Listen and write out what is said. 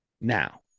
now